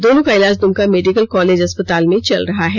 दोनों का इलाज दुमका मेडिकल कॉलेज अस्पताल में चल रहा है